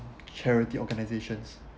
charity organisations